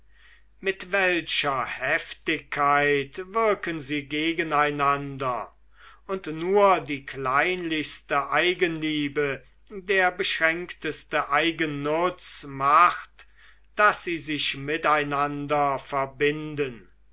mit welcher heftigkeit wirken sie gegeneinander und nur die kleinlichste eigenliebe der beschränkteste eigennutz macht daß sie sich miteinander verbinden